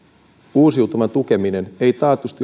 uusiutuvan tukeminen ei taatusti